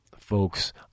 Folks